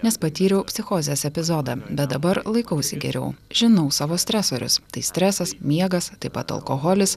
nes patyriau psichozės epizodą bet dabar laikausi geriau žinau savo stresorius tai stresas miegas taip pat alkoholis